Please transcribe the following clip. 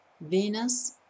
Venus